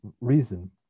reason